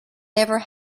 never